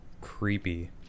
creepy